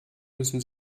müssen